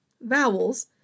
vowels